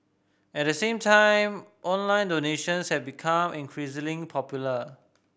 at the same time online donations have become increasingly popular